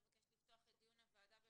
אני מבקשת לפתוח את דיון הוועדה לזכויות הילד